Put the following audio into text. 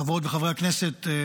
חברות וחברי הכנסת,